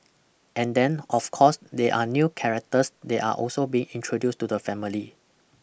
and then of course there are new characters that are also being introduced to the family